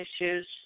issues